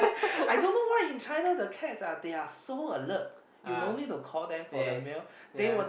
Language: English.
I don't know why in China the cats ah they are so alert you only call them for the meal they will